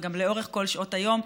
וגם לאורך כל שעות היום,